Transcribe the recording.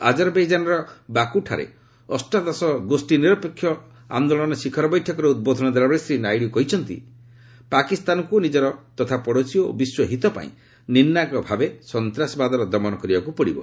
ଆଜରବୈଜାନ୍ର ବାକୁଠାରେ ଅଷ୍ଟଦଶ ଗୋଷୀ ନିରପେକ୍ଷ ଆନ୍ଦୋଳନ ଶିଖର ବୈଠକରେ ଉଦ୍ବୋଧନ ଦେଲାବେଳେ ଶ୍ରୀ ନାଇଡୁ କହିଛନ୍ତି ପାକିସ୍ତାନକୁ ନିକର ତଥା ପଡ଼ୋଶୀ ଓ ବିଶ୍ୱ ହିତ ପାଇଁ ନିର୍ଣ୍ଣାୟକ ଭାବେ ସନ୍ତାସବାଦର ଦମନ କରିବାକୁ ପଡ଼ିବ